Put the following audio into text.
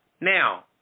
Now